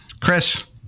Chris